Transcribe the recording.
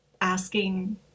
asking